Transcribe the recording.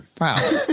Wow